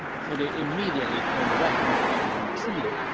so they immediately turned around and retreated.